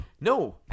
No